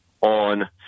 on